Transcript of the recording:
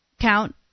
count